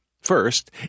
First